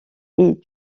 est